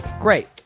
Great